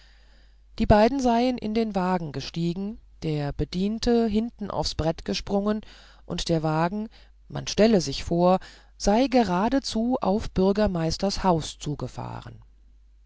die beiden seien in den wagen gestiegen der bediente hinten aufs brett gesprungen und der wagen man stelle sich vor sei geradezu auf bürgermeisters haus zugefahren